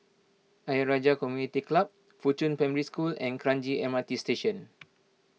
Ayer Rajah Community Club Fuchun Primary School and Kranji M R T Station